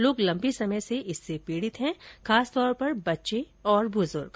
लोग लंबे समय से इससे पीड़ित हैं खासकर बच्चे और बुजुर्ग